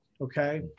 okay